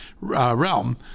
realm